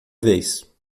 vez